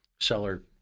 Seller